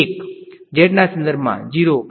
વિદ્યાર્થી વેક્ટર